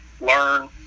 learn